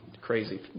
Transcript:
crazy